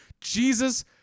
jesus